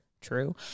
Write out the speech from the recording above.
True